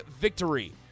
victory